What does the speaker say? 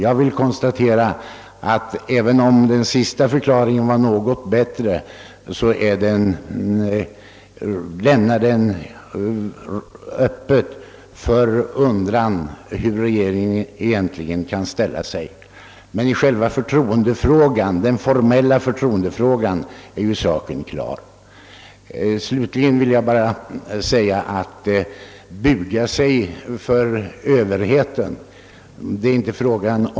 Jag vill konstatera att även om den sista förklaringen var något bättre lämnar den dock rum för funderingar hur regeringen egentligen ställer sig. I den formella förtroendefrågan är dock saken klar. Det är inte fråga om att buga sig för överheten.